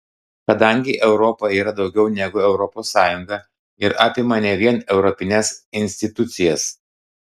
kadangi europa yra daugiau negu europos sąjunga ir apima ne vien europines institucijas